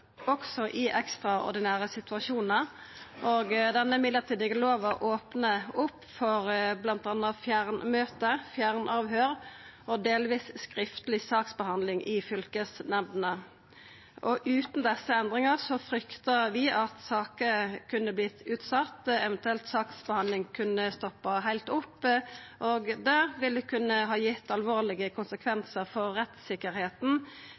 også i ekstraordinære situasjonar. Denne mellombelse lova opnar opp for bl.a. fjernmøte, fjernavhøyr og delvis skriftleg saksbehandling i fylkesnemndene. Utan desse endringane fryktar vi at saker kunne vorte utsette, eventuelt at saksbehandling kunne stoppa heilt opp. Det ville kunna ha gitt